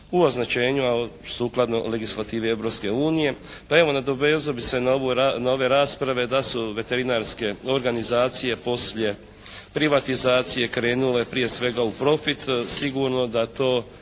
u označenju a sukladno legislativi Europske unije. Pa evo nadovezao bi se na ovu, na ove rasprave da su veterinarske organizacije poslije privatizacije krenule prije svega u profit. Sigurno da to